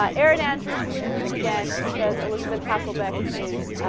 um erin andrews is in the news again because elizabeth hasselbeck is ah.